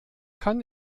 kann